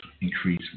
increase